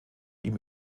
ihm